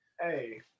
Hey